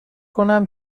کنم